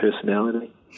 personality